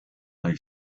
lay